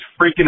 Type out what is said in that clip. freaking